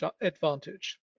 advantage